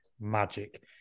magic